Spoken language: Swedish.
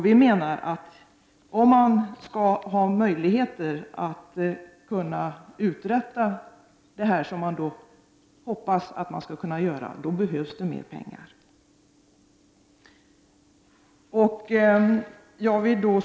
Vi menar att om man skall ha möjlighet att uträtta det som man hoppas kunna göra behövs det mer pengar.